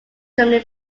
germany